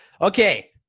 Okay